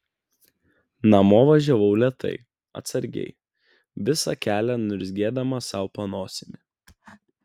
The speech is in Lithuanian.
namo važiavau lėtai atsargiai visą kelią niurzgėdama sau po nosimi